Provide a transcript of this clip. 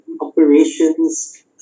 operations